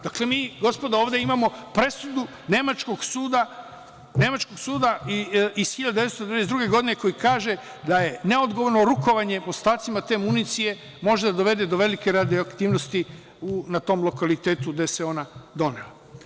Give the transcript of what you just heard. Dakle, mi, gospodo, ovde imamo presudu nemačkog suda iz 1992. godine koji kaže da neodgovorno rukovanje ostacima te municije može da dovede do velike radioaktivnosti na tom lokalitetu gde se ona donela.